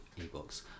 e-books